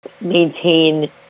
maintain